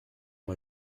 uma